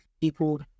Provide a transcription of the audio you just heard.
People